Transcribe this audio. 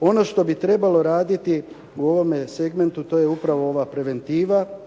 Ono što bi trebalo raditi u ovome segmentu to je upravo ova preventiva